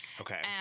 Okay